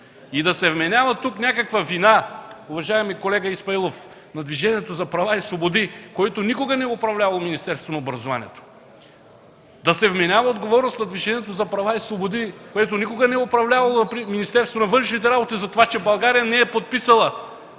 И да се вменява тук някаква вина, уважаеми колега Исмаилов, на Движението за права и свободи, което никога не е управлявало Министерството на образованието, да се вменява отговорност на Движението за права и свободи, което никога не е управлявало Министерството на външните работи, за това, че България не е подписала